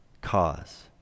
cause